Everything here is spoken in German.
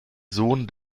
sohn